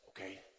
Okay